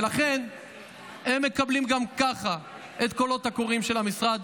לכן הם מקבלים גם ככה את הקולות הקוראים של המשרד,